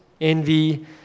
envy